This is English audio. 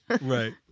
Right